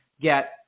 get